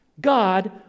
God